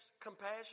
compassion